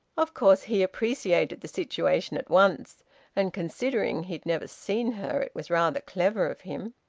of course he appreciated the situation at once and considering he'd never seen her, it was rather clever of him.